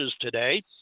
today